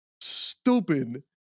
stupid